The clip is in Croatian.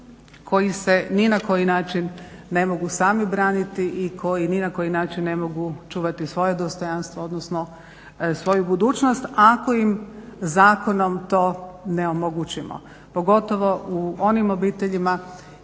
koji se ni na koji način ne mogu sami braniti i koji ni na koji način ne mogu čuvati svoje dostojanstvo, odnosno svoju budućnost ako im zakonom to ne omogućimo. Pogotovo u onim obiteljima u